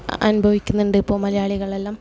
അനുഭവിക്കുന്നുണ്ട് ഇപ്പം മലയാളികളെല്ലാം